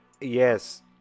Yes